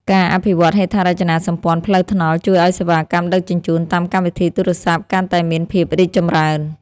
ការអភិវឌ្ឍហេដ្ឋារចនាសម្ព័ន្ធផ្លូវថ្នល់ជួយឱ្យសេវាកម្មដឹកជញ្ជូនតាមកម្មវិធីទូរស័ព្ទកាន់តែមានភាពរីកចម្រើន។